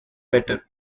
better